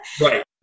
Right